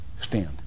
Stand